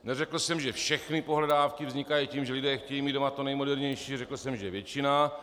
Neřekl jsem, že všechny pohledávky vznikají tím, že lidé chtějí mít doma to nejmodernější, řekl jsem, že většina.